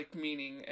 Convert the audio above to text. meaning